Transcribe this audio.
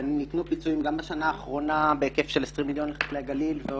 ניתנו פיצויים גם בשנה האחרונה בהיקף של 20 מיליון שקלים לחקלאי הגליל.